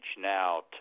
now